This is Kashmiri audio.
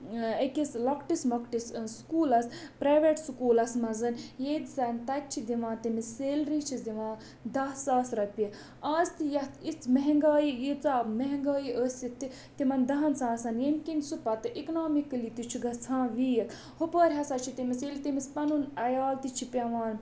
أکِس لۄکٹِس مۄکٹِس سکوٗلَس پرٛایویٹ سکوٗلَس مَنٛز ییٚتہِ زَن تَتہِ چھِ دِوان تٔمِس سیلری چھِس دِوان دَہ ساس رۄپیہِ آز تہِ یَتھ یِژھ مہنگایی ییٖژاہ مہنگٲیی ٲسِتھ تہِ تِمَن دَہَن ساسَن ییٚمہِ کِنۍ سُہ پَتہٕ اِکنامِکٔلی تہِ چھُ گژھان ویٖک ہُپٲرۍ ہَسا چھِ تٔمِس ییٚلہِ تٔمِس پَنُن عیال تہِ چھِ پٮ۪وان